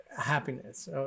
happiness